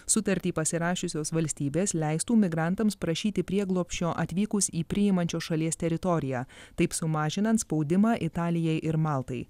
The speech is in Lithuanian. sutartį pasirašiusios valstybės leistų migrantams prašyti prieglobsčio atvykus į priimančios šalies teritoriją taip sumažinant spaudimą italijai ir maltai